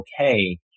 okay